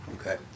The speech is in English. Okay